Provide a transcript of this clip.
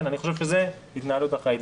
כן, אני חושב שזו התנהלות אחראית.